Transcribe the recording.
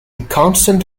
constant